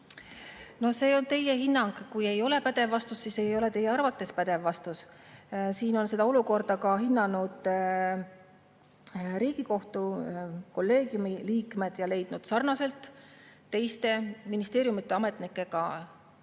see on teie hinnang. Kui ei ole pädev vastus, siis ei ole see teie arvates pädev vastus. Seda olukorda on hinnanud ka Riigikohtu kolleegiumi liikmed ja leidnud sarnaselt teiste ministeeriumide ametnikega, et